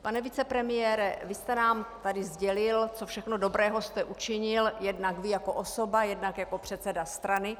Pane vicepremiére, vy jste nám tady sdělil, co všechno dobrého jste učinil, jednak vy jako osoba, jednak jako předseda strany.